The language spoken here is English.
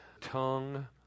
tongue